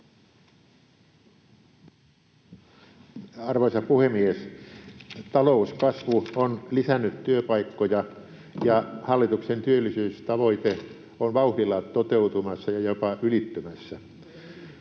Arvoisa puhemies! Talouskasvu on lisännyt työpaikkoja, ja hallituksen työllisyystavoite on vauhdilla toteutumassa ja jopa ylittymässä.